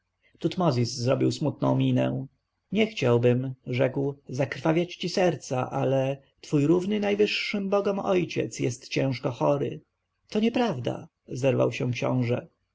tutmozis zrobił smutną minę nie chciałbym rzekł zakrwawiać ci serca ale twój równy najwyższym bogom ojciec jest ciężko chory to nieprawda zerwał się książę